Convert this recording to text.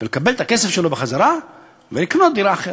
ולקבל את הכסף שלו בחזרה ולקנות דירה אחרת.